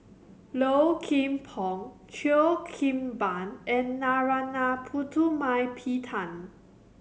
Low Kim Pong Cheo Kim Ban and Narana Putumaippittan